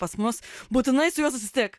pas mus būtinai su juo susitik